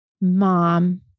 mom